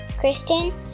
Kristen